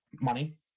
Money